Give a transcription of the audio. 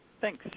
Thanks